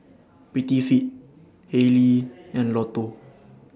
Prettyfit Haylee and Lotto